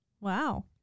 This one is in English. Wow